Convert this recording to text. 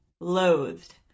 loathed